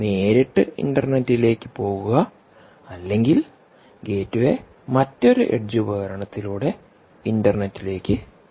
നേരിട്ട് ഇൻറർനെറ്റിലേക്ക് പോകുക അല്ലെങ്കിൽ ഗേറ്റ്വേ മറ്റൊരു എഡ്ജ് ഉപകരണത്തിലൂടെ ഇൻറർനെറ്റിലേക്ക് പോകുക